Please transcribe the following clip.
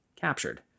captured